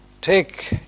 Take